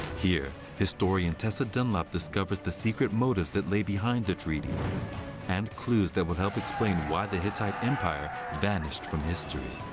here, historian tessa dunlop discovers the secret motives that lay behind the treaty and clues that will help explain why the hittite empire vanished from history.